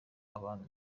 abantu